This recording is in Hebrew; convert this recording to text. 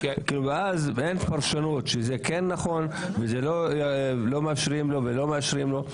ואז אין פרשנות אם נכון או אם מאפשרים או לא מאפשרים לו.